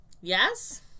Yes